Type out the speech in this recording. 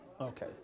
Okay